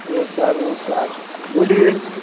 नमस्कार नमस्कार बोलिए